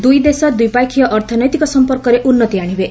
ଦୁଇ ଦେଶ ଦ୍ୱିପକ୍ଷୀୟ ଅର୍ଥନୈତିକ ସମ୍ପର୍କରେ ଉନ୍ତି ଆଣିବେ